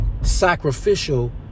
sacrificial